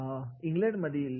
England मधील